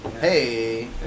Hey